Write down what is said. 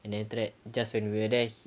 and then after that just when we were there he